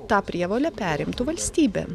tą prievolę perimtų valstybė